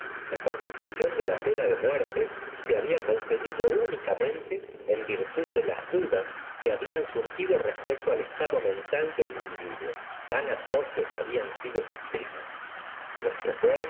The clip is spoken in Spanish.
la conmutación de la pena de muerte habla concedido únicamente en virtud de las dudas que habían surgido respecto al estado mental del individuo tan atroces habían nido sus crímenes núestro